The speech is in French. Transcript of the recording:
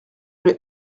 l’ai